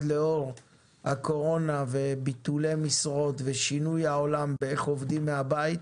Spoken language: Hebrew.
בעקבות הקורונה וביטולי משרות ושינוי העולם איך עובדים מהבית.